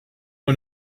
one